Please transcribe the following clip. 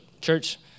church